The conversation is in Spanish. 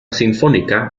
sinfónica